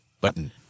Button